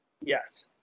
Yes